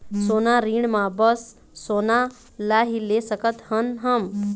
सोना ऋण मा बस सोना ला ही ले सकत हन हम?